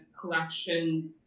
collection